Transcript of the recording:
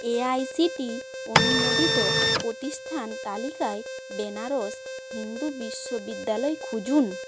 AICTE অনুমোদিত প্রতিষ্ঠান তালিকায় বেনারস হিন্দু বিশ্ববিদ্যালয় খুঁজুন